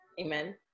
Amen